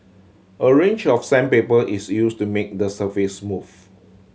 a range of sandpaper is used to make the surface smooth